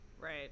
right